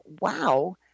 wow